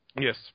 Yes